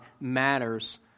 matters